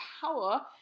power